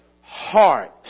heart